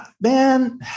Man